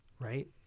right